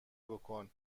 بکن